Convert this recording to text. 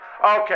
Okay